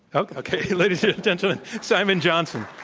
okay. ladies and gentlemen simon johnson.